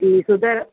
એ તો સર